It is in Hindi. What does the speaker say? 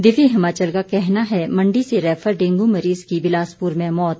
दिव्य हिमाचल का कहना है मंडी से रैफर डेंगू मरीज की बिलासपुर में मौत